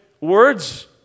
words